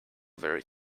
very